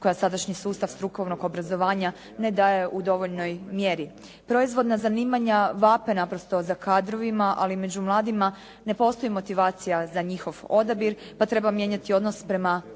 koja sadašnji sustav strukovnog obrazovanja ne daje u dovoljnoj mjeri. Proizvodna zanimanja vape naprosto za kadrovima, ali među mladima ne postoji motivacija za njihovog odabir, pa treba mijenjati odnos prema radu i